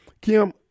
Kim